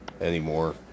anymore